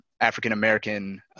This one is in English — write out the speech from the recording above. African-American